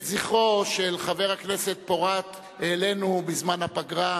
את זכרו של חבר הכנסת פורת העלינו בזמן הפגרה.